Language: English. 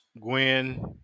Gwen